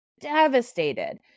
devastated